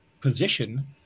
position